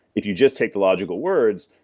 if you just take the logical words,